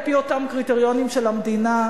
על-פי אותם קריטריונים של המדינה,